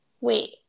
Wait